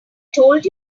told